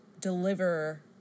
deliver